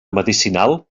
medicinal